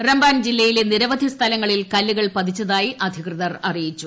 റമ്പാൻ ജില്ലയിലെ നിരവധി സ്ഥലങ്ങളിൽ കല്ലുകൾ പതിച്ചതായി അധികൃതർ അറിയിച്ചു